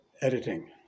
editing